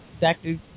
doctor